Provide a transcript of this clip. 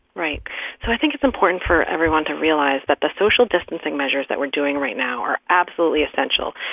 right. so i think it's important for everyone to realize that the social distancing measures that we're doing right now are absolutely essential.